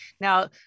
Now